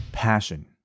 passion